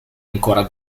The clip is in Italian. ancora